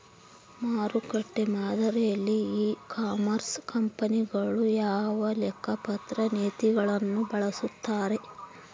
ಮಾರುಕಟ್ಟೆ ಮಾದರಿಯಲ್ಲಿ e commerce ಕಂಪನಿಗಳು ಯಾವ ಲೆಕ್ಕಪತ್ರ ನೇತಿಗಳನ್ನು ಬಳಸುತ್ತಾರೆ?